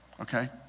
Okay